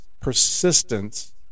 persistence